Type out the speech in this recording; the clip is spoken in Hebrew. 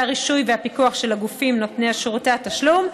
הרישוי והפיקוח של הגופים נותני שירותי התשלום,